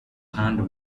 hand